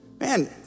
Man